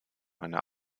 eine